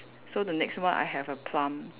so the next one I have a plum